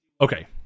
Okay